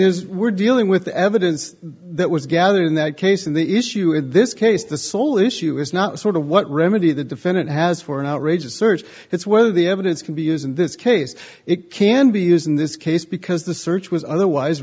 is we're dealing with the evidence that was gathered in that case and the issue in this case the sole issue is not sort of what remedy the defendant has for an outrageous search it's whether the evidence can be used in this case it can be used in this case because the search was